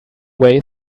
way